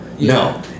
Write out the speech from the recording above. no